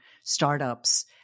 startups